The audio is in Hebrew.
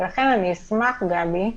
לכן אני אשמח, גבי,